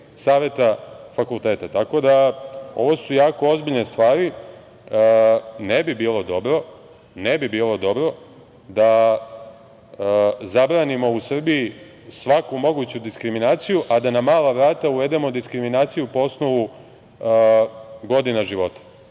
Saveta fakulteta. Tako da, ovo su jako ozbiljne stvari. Ne bi bilo dobro da zabranimo u Srbiji svaku moguću diskriminaciju, a da na mala vrata uvedemo diskriminaciju po osnovu godina života.